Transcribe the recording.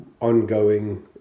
ongoing